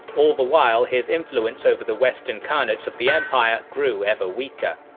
all the while his influence over the western khanates of the empire grew ever weaker.